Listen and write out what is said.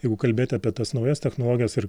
jeigu kalbėti apie tas naujas technologijas ir